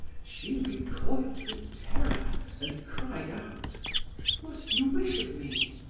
she recoiled with terror and cried out what do you wish of me?